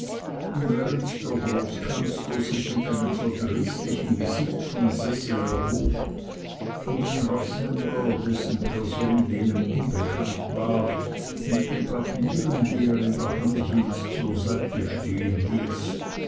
und während der großkanzler sich mit einem verdrießlichen gesicht vom sessel erhob und den roßhändler dessen person jenem unbekannt war mit den papieren die er in der hand hielt zur seite stehen ließ